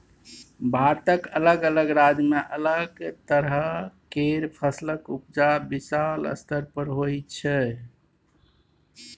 भारतक अलग अलग राज्य में अलग तरह केर फसलक उपजा विशाल स्तर पर होइ छै